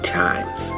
times